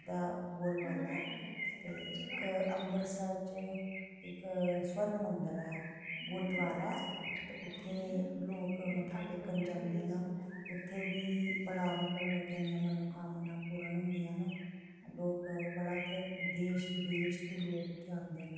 राधा दा बोलबाला ऐ ते इक अम्बरसर च इक स्वर्ण मंदर ऐ गुरूद्वारा ऐ उत्थें लोक मत्था टेकन जंदे न उत्थें बी बड़ा मतलब लोकें दियां मनोकामना पूर्ण होंदियां न लोक बड़ा उत्थें देश विदेश तों लोक उत्थें आंदे न